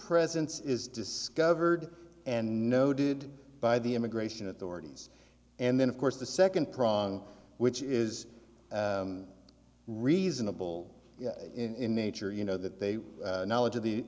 presence is discovered and noted by the immigration authorities and then of course the second prong which is reasonable in nature you know that they knowledge of the